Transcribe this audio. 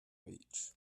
beach